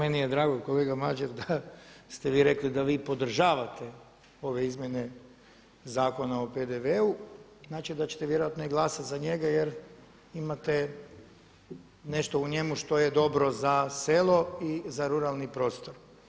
Evo meni je drago kolega Madjer da ste vi rekli da vi podržave ove izmjene Zakona o PDV-u, znači da ćete vjerojatno i glasati za njega jer imate nešto u njemu što je dobro za selo i za ruralni prostor.